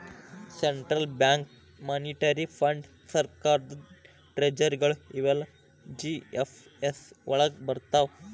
central bank, monetary ಫಂಡ್.ಸರ್ಕಾರದ್ ಟ್ರೆಜರಿಗಳು ಇವೆಲ್ಲಾ ಜಿ.ಎಫ್.ಎಸ್ ವಳಗ್ ಬರ್ರ್ತಾವ